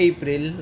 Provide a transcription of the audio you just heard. April